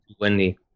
windy